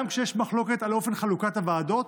גם כשיש מחלוקת על אופן חלוקת הוועדות,